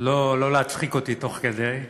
לא להצחיק אותי תוך כדי,